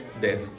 Death